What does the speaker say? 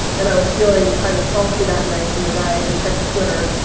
and i was feeling kind of salty that night. and the guy i checked twitter,